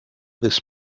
this